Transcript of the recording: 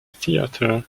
theatre